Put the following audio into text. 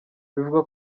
bivugwa